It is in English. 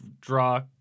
draw